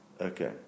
Okay